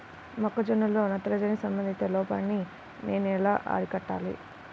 మొక్క జొన్నలో నత్రజని సంబంధిత లోపాన్ని నేను ఎలా అరికట్టాలి?